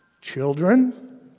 Children